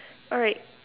alright